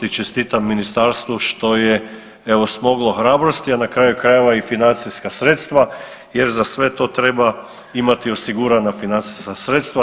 I čestitam ministarstvu što je evo smoglo hrabrosti, a na kraju krajeva i financijska sredstva jer za sve to treba imati osigurana financijska sredstva.